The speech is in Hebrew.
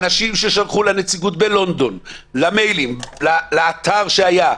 אנשים ששלחו לנציגות בלונדון למיילים ולאתר שהיה,